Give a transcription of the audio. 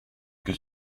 que